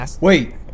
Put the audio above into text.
Wait